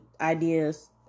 ideas